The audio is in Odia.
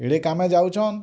ଏଡ଼େ କାମେ ଯାଉଛନ୍